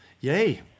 yay